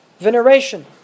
veneration